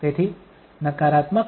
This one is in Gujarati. તેથી નકારાત્મક t માટે મૂલ્ય 0 છે